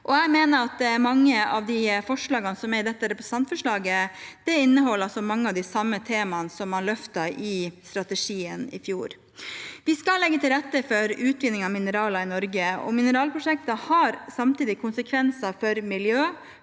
Jeg mener at mange av de forslagene som er i dette representantforslaget, inneholder mange av de samme temaene som man løftet i strategien i fjor. Vi skal legge til rette for utvinning av mineraler i Norge. Mineralprosjekter har samtidig konsekvenser for miljø,